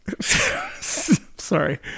Sorry